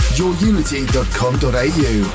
yourunity.com.au